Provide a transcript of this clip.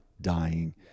dying